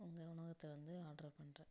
உங்கள் உணவகத்தில் வந்து ஆட்ரு பண்ணுறேன்